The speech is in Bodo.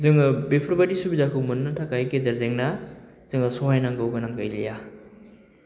जोङो बेफोरबायदि सुबिदाखौ मोननो थाखाय गेदेर जेंना जोङो सहायनांगौ गोनां गैलिया